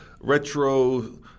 retro